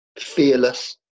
fearless